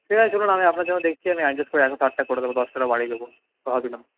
ঠিক আছে চলুন আমি আপনার জন্য দেখছি আমি অ্যাডজাস্ট করে একশো ষাটটা করে দেবো দশটা বাড়িয়ে দেবো কথা দিলাম